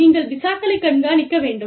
நீங்கள் விசாக்களைக் கண்காணிக்க வேண்டும்